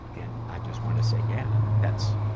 and, i just want to say, yeah that's,